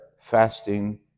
fasting